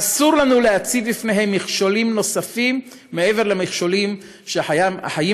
אסור לנו להציב בפניהם מכשולים נוספים מעבר למכשולים שהחיים